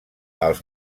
els